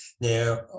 Now